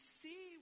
see